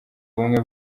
ubumwe